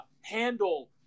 handle